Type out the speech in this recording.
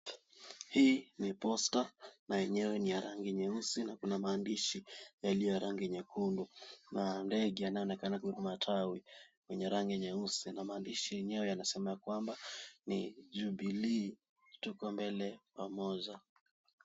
Hii ni poster na yenyewe ni ya rangi nyeusi maandishi yaliyo ya rangi nyekundu na ndege anayeonekana kubeba matawi wenye rangi nyeusi maandisho yanasema kwamba ni Jubilee tuko mbele pamoja.